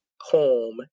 home